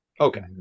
Okay